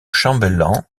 chambellan